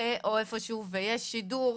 --- או איפשהו ויש שידור,